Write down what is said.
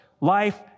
life